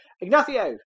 Ignacio